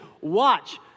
watch